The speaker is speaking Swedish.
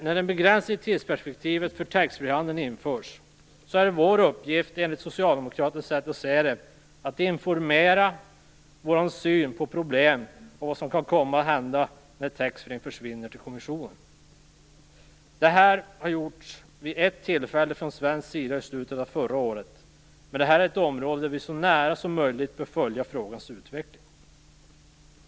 När en begränsning vad gäller tidsperspektivet för taxfreehandeln införs är vår uppgift, enligt Socialdemokraternas sätt att se det, att informera kommissionen om vår syn på de problem som kan komma när taxfreehandeln försvinner. Detta har gjorts vid ett tillfälle från svensk sida - i slutet av förra året. Vi bör så nära som möjligt följa frågans utveckling.